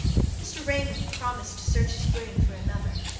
mr. raymond promised to search his brain for another,